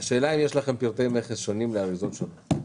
יש לכם פרטי מכס שונים לאריזות שונות?